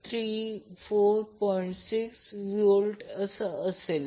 6VA असेल